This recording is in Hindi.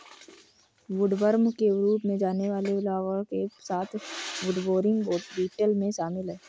वुडवर्म के रूप में जाने वाले लार्वा के साथ वुडबोरिंग बीटल में शामिल हैं